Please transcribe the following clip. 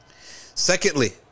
Secondly